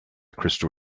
crystal